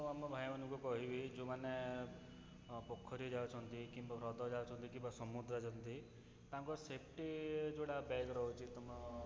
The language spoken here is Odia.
ଆମ ଭାଇମାନଙ୍କୁ କହିବି ଯେଉଁମାନେ ଅ ପୋଖରୀ ଯାଉଛନ୍ତି କିମ୍ବା ହ୍ରଦ ଯାଉଛନ୍ତି କିମ୍ବା ସମୁଦ୍ର ଯାଉଛନ୍ତି ତାଙ୍କ ସେଫ୍ଟି ଯେଉଁଟା ବ୍ୟାଗ ରହୁଛି ତୁମ